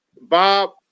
Bob